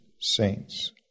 saints